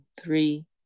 Three